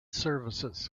services